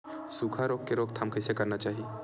सुखा रोग के रोकथाम कइसे करना चाही?